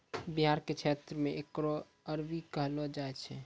बिहार के क्षेत्र मे एकरा अरबी कहलो जाय छै